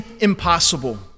impossible